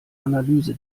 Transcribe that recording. analyse